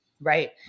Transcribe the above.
Right